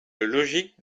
logique